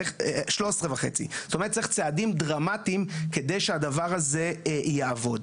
צריך 13.5. זאת אומרת שצריך צעדים דרמטיים כדי שהדבר הזה יעבוד.